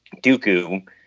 dooku